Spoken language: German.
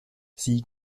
sieh